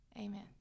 Amen